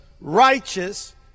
righteous